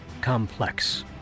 complex